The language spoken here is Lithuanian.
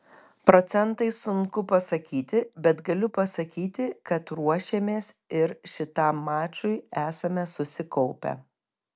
procentais sunku pasakyti bet galiu pasakyti kad ruošėmės ir šitam mačui esame susikaupę